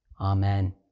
Amen